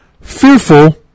Fearful